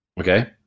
okay